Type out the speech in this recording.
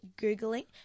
Googling